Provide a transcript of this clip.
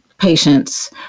patients